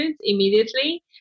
immediately